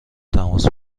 تماس